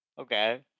Okay